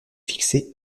fixé